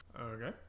Okay